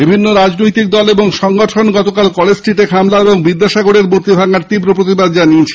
বিভিন্ন রাজনৈতিক দল ও সংগঠন গতকাল কলেজস্ট্রীটে হামলা ও বিদ্যাসাগর মূর্তি ভাঙার তীব্র প্রতিবাদ জানিয়েছে